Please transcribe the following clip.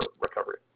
recovery